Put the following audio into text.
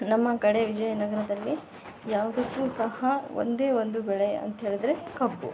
ನಮ್ಮ ಕಡೆ ವಿಜಯನಗರದಲ್ಲಿ ಯಾವುದಕ್ಕು ಸಹ ಒಂದೇ ಒಂದು ಬೆಳೆ ಅಂತ ಹೇಳಿದರೆ ಕಬ್ಬು